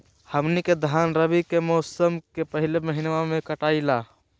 हमनी के धान रवि के मौसम के पहले महिनवा में कटाई ला